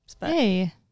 hey